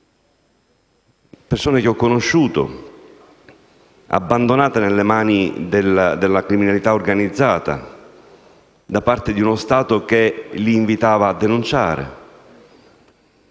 persone che ho conosciuto, abbandonate nelle mani della criminalità organizzata da parte di un Stato che li invitava a denunciare;